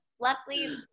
luckily